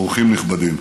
אורחים נכבדים.